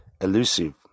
elusive